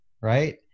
right